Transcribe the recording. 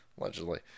allegedly